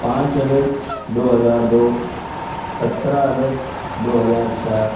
پانچ اگست دو ہزار دو سترہ اگست دو ہزار چار